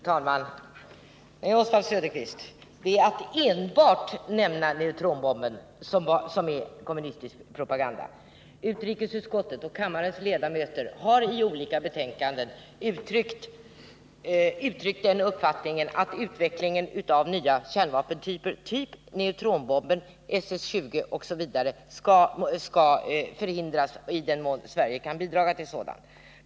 Fru talman! Nej, Oswald Söderqvist, det är att enbart nämna neutronbomben som är kommunistisk propaganda. Utrikesutskottet och kammarens ledamöter har i olika betänkanden uttryckt den uppfattningen att utvecklingen av nya kärnvapenslag, typ neutronbomben, SS-20 osv., skall förhindras i den mån Sverige kan bidraga till sådant.